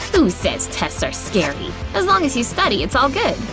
who says tests are scary? as long as you study, it's all good!